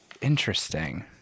Interesting